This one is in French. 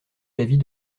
l’avis